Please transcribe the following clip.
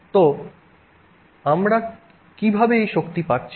তো আমরা কীভাবে এই শক্তি পাচ্ছি